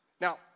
Now